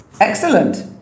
Excellent